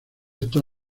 estos